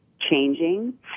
changing